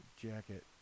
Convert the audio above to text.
jacket